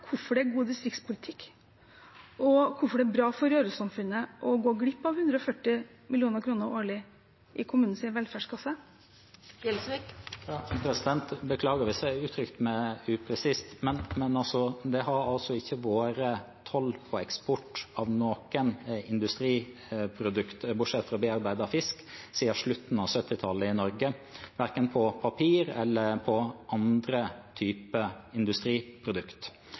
hvorfor det er god distriktspolitikk, og hvorfor det er bra for Røros-samfunnet å gå glipp av 140 mill. kr årlig i kommunens velferdskasse? Jeg beklager hvis jeg uttrykte meg upresist. Det har altså ikke vært toll på eksport av noen industriprodukter, bortsett fra bearbeidet fisk, siden slutten av 1970-tallet i Norge, verken på papir eller på andre typer